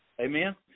Amen